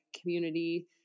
community